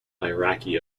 iraqi